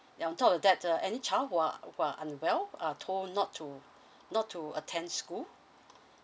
yeah on top of that uh any child who are who are unwell are told not to not to attend school